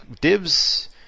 dibs